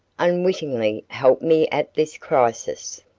unwittingly helped me at this crisis.